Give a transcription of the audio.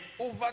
over